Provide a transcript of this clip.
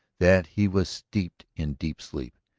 that he was steeped in deep sleep,